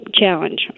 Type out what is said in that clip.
challenge